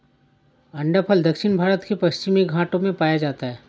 अंडाफल दक्षिण भारत के पश्चिमी घाटों में पाया जाता है